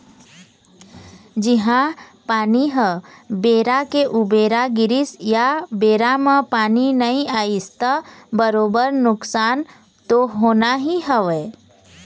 जिहाँ पानी ह बेरा के उबेरा गिरिस या बेरा म पानी नइ आइस त बरोबर नुकसान तो होना ही हवय